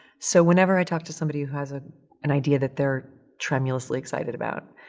so whenever i talk to somebody who has ah an idea that they're tremulously excited about,